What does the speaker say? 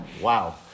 Wow